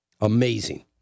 Amazing